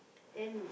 then